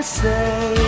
say